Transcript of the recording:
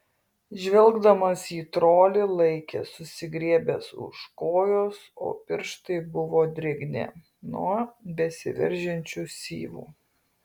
žvelgdamas į trolį laikė susigriebęs už kojos o pirštai buvo drėgni nuo besiveržiančių syvų